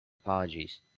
apologies